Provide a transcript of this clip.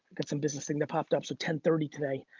got some business thing that popped up. so ten thirty today,